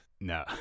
No